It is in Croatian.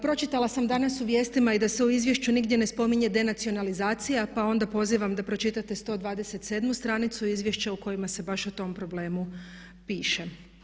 Pročitala sam danas u vijestima da se i u izvješću nigdje ne spominje denacionalizacija pa onda pozivam da pročitate 127.stranicu izvješća o kojima se baš o tom problemu piše.